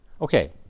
Okay